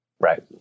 Right